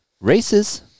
races